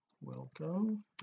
welcome